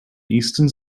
eastern